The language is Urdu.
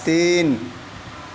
تین